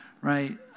right